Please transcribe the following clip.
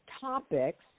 topics